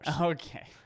okay